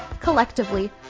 Collectively